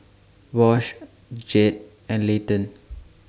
Wash Jed and Layton